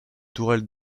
tourelle